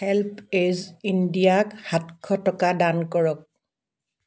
HelpAge ইণ্ডিয়াক সাতশ টকা দান কৰক